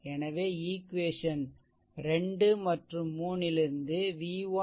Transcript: எனவே ஈக்வேஷன் 2 மற்றும் 3 லிருந்து v1 1